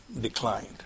declined